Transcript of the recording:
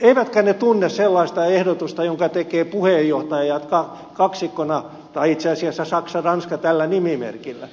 eivätkä ne tunne sellaista ehdotusta jonka tekevät puheenjohtajat kaksikkona tai itse asiassa saksaranska tällä nimimerkillä